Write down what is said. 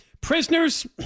prisoners